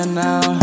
now